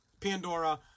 Pandora